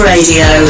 Radio